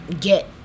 get